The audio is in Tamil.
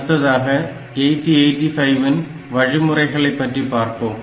அடுத்ததாக 8085 இன் வழிமுறைகளை பற்றி பார்ப்போம்